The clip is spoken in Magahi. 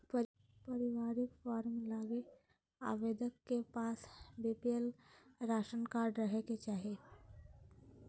पारिवारिक फार्म लगी आवेदक के पास बीपीएल राशन कार्ड रहे के चाहि